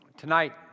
Tonight